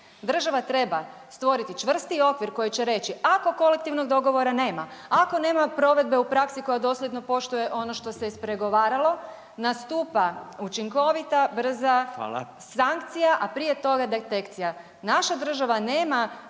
Država treba stvoriti čvrsti okvir koji će reći ako kolektivnog dogovora nema, ako nema provedbe u praksi koja dosljedno poštuje ono što se ispregovaralo nastupa učinkovita, brza …/Upadica: Hvala./… sankcija, a prije toga detekcija. Naša država nema